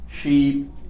sheep